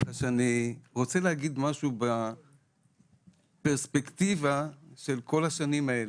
כך שאני רוצה להגיד משהו בפרספקטיבה של כל השנים האלה.